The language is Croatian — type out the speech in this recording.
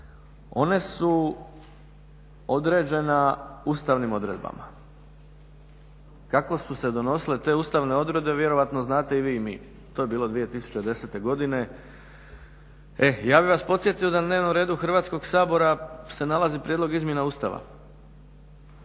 one su određena ustavnim odredbama. Kako su se donosile te ustavne odredbe vjerojatno znate i vi i mi, to je bilo 2010. godine. E ja bih vas podsjetio da na dnevnom redu Hrvatskog sabora se nalazi prijedlog izmjena Ustava.